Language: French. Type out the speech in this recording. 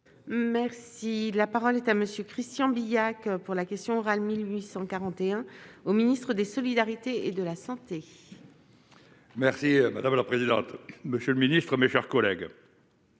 Merci, la parole est à monsieur Christian Billac pour la question orale 1841 au ministre des solidarités et de la santé. Merci madame la présidente, monsieur le Ministre, mes chers collègues.